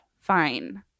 fine